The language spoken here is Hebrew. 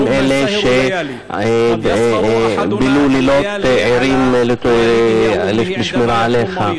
הם שבילו לילות ערים בשמירה עליך.